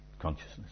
consciousness